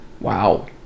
wow